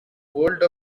world